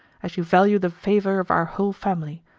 as you value the favour of our whole family,